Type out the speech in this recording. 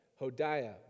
Hodiah